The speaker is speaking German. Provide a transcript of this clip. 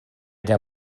der